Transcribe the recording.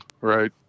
right